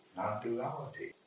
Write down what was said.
non-duality